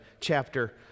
chapter